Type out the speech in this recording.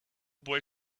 boy